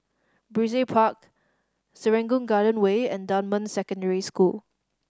Brizay Park Serangoon Garden Way and Dunman Secondary School